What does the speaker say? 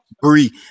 Bree